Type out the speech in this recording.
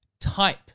type